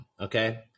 Okay